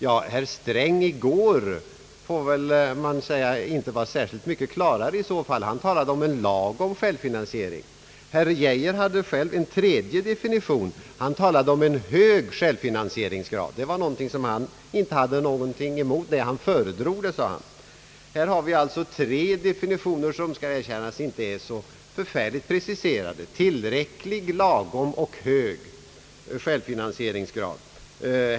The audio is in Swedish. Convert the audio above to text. Ja, men herr Sträng var väl i går inte så mycket klarare då han talade om en »lagom« självfinansiering. Herr Geijer hade en tredje definition. Han talade om en »hög«» självfinansieringsgrad. En sådan hade han ingenting emot; han föredrog den, sade han. Här har vi alltså tre definitioner i fråga om självfinansieringen som inte är så särskilt preciserade: tillräcklig, lagom och hög självfinansieringsgrad.